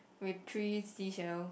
with three seashells